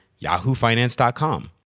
yahoofinance.com